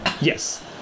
Yes